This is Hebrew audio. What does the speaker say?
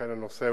אכן הנושא,